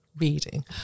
reading